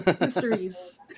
Mysteries